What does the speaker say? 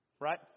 Right